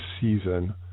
season